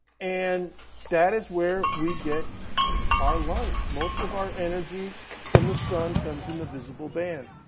and that is where we get our light. most of our energy from the sun comes in the visible band.